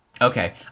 Okay